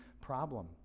problem